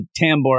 Tambor